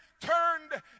turned